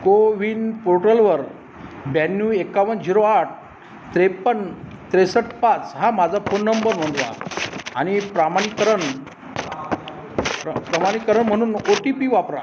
कोविन पोर्टलवर ब्याण्णव एक्कावन्न जिरो आठ त्रेपन्न त्रेसष्ट पाच हा माझा फोन नंबर नोंदवा आणि प्रमाणीकरण प्र प्रमाणीकरण म्हणून ओ टी पी वापरा